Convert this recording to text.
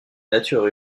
nature